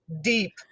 deep